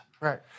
Right